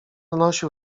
nosił